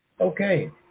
okay